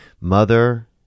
mother